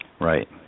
Right